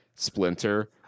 Splinter